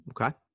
Okay